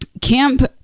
Camp